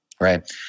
right